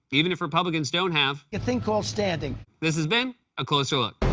even if republicans don't have. a thing called standing. this has been a closer look.